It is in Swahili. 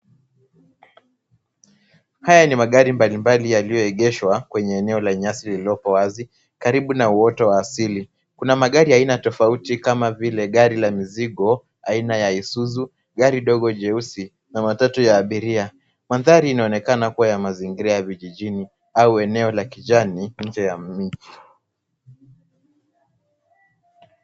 Haya ni magari mbalimbali yalioegeshwa kwenye eneo la nyasi lililopo wazi, karibu na uoto wa asili. Kuna magari ya aina tofauti kama vile gari la mizigo aina ya Isuzu, gari dogo jeusi, na matatu ya abiria. Mandhari inaonekana kuwa ya mazingira ya vijijini au eneo la kijani nje ya miji.